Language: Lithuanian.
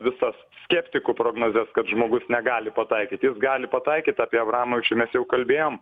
visas skeptikų prognozes kad žmogus negali pataikyti gali pataikyt apie abramovičių mes jau kalbėjom